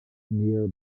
near